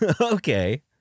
Okay